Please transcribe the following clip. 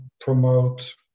promote